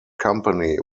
company